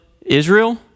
Israel